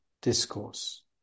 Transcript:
discourse